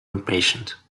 impatient